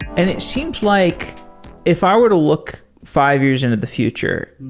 and it seems like if i were to look five years into the future,